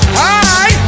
hi